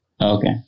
Okay